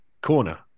corner